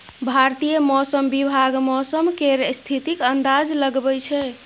भारतीय मौसम विभाग मौसम केर स्थितिक अंदाज लगबै छै